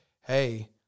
Hey